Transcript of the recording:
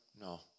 No